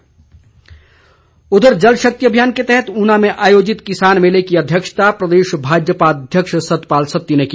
सत्ती उधर जलशक्ति अभियान के तहत ऊना में आयोजित किसान मेले की अध्यक्षता प्रदेश भाजपा अध्यक्ष सतपाल सत्ती ने की